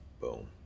Boom